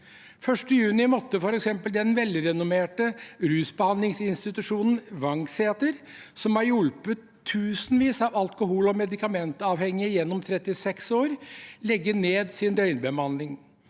1. juni måtte f.eks. den velrenommerte rusbehandlingsinstitusjonen Vangseter, som har hjulpet tusenvis av alkohol- og medikamentavhengige gjennom 36 år, legge ned sin døgnbehandling.